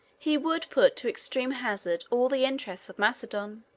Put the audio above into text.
he would put to extreme hazard all the interests of macedon.